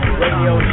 radio